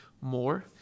more